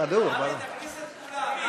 להעביר את הצעת חוק השידור הציבורי